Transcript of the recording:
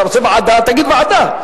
אתה רוצה ועדה, תגיד: ועדה.